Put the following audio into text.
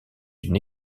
une